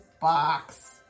box